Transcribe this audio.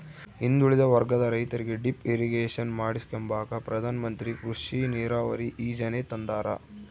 ಹಿಂದುಳಿದ ವರ್ಗದ ರೈತರಿಗೆ ಡಿಪ್ ಇರಿಗೇಷನ್ ಮಾಡಿಸ್ಕೆಂಬಕ ಪ್ರಧಾನಮಂತ್ರಿ ಕೃಷಿ ನೀರಾವರಿ ಯೀಜನೆ ತಂದಾರ